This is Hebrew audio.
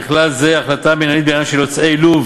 בכלל זה החלטה מינהלית בעניין של יוצאי לוב